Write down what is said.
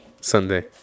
Sunday